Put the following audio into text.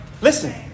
Listen